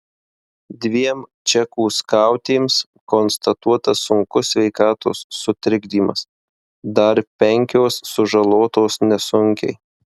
dviem čekų skautėms konstatuotas sunkus sveikatos sutrikdymas dar penkios sužalotos nesunkiai